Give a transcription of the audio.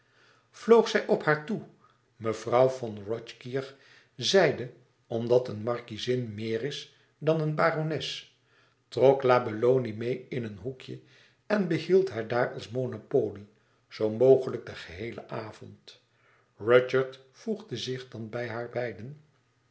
vloog zij op haar toe mevrouw von rothkirch zeide omdat een markiezin meer is dan eene barones trok la belloni meê in een hoekje en behield haar daar als monopolie zoo mogelijk den geheelen avond rudyard voegde zich dan bij haarbeiden